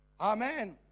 Amen